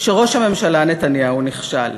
שראש הממשלה נתניהו נכשל.